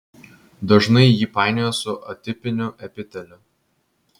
dažnai jį painioja su atipiniu epiteliu